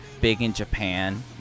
big-in-Japan